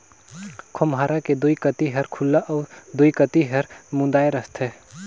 खोम्हरा के दुई कती हर खुल्ला अउ दुई कती हर मुदाए रहथे